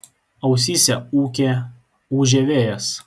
ausyse ūkė ūžė vėjas